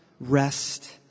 rest